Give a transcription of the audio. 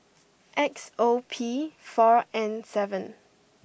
X O P four N seven